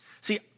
See